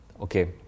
Okay